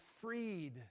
freed